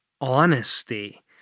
honesty